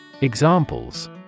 Examples